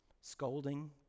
Scolding